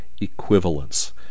equivalence